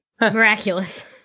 Miraculous